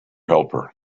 helper